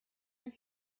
you